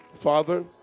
Father